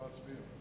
ההצעה להעביר את